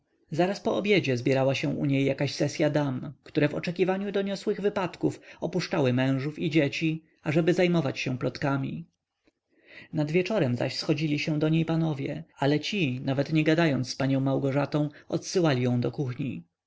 zaraz po obiedzie zbierała się u niej jakaś sesya dam które w oczekiwaniu doniosłych wypadków opuszczały mężów i dzieci ażeby zajmować się plotkami nad wieczorem zaś schodzili się do niej panowie ale ci nawet nie gadając z panią małgorzatą odsyłali ją do kuchni